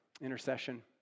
intercession